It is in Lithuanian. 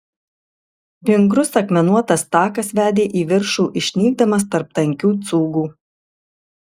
vingrus akmenuotas takas vedė į viršų išnykdamas tarp tankių cūgų